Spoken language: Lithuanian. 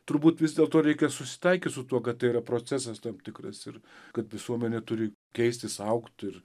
turbūt vis dėlto reikia susitaikyti su tuo kad tai yra procesas tam tikras ir kad visuomenė turi keistis augt ir